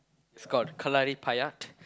it's called Kalarippayattu